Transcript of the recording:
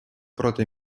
проти